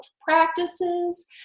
practices